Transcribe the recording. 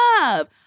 love